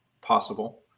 possible